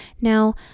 Now